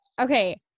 Okay